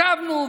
ישבנו,